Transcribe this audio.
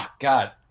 God